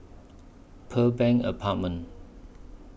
Pearl Bank Apartment